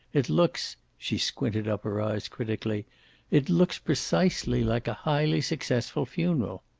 it looks she squinted up her eyes critically it looks precisely like a highly successful funeral.